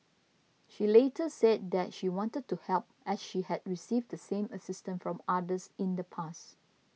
she later said that she wanted to help as she had received the same assistance from others in the past